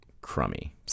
crummy